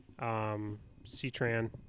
CTRAN